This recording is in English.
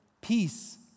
peace